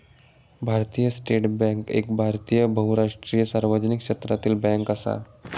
भारतीय state bank एक भारतीय बहुराष्ट्रीय सार्वजनिक क्षेत्रातली बॅन्क असा